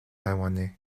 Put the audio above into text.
taïwanais